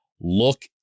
look